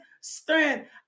strength